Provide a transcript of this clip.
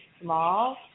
small